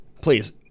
please